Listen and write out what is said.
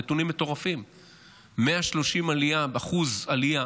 נתונים מטורפים, 130% עלייה